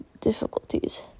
difficulties